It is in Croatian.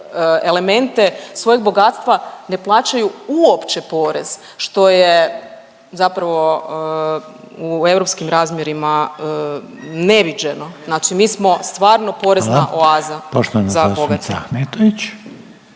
elemente svojeg bogatstva ne plaćaju uopće porez, što je zapravo u europskim razmjerima neviđeno, znači mi smo stvarno …/Upadica Reiner: Hvala./…porezna oaza za bogate.